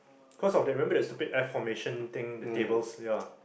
cause of that remember that stupid F formation thing the tables ya